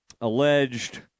alleged